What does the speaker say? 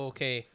Okay